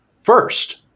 first